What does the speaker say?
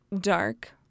dark